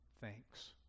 thanks